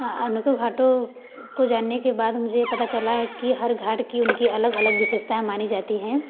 आ अनेकों घाटों को जानने के बाद मुझे यह पता चला की हर घाट की उनकी अलग अलग विशेषताएँ मानी जाती हैं